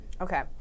Okay